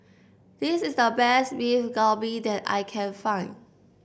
this is the best Beef Galbi that I can find